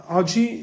oggi